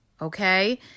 Okay